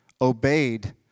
obeyed